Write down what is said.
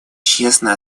честно